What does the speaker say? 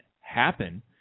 happen